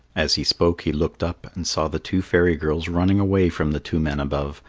as he spoke he looked up and saw the two fairy girls running away from the two men above,